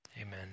Amen